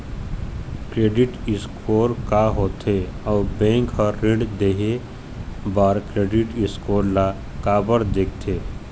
Credit score का होथे अउ बैंक हर ऋण देहे बार क्रेडिट स्कोर ला काबर देखते?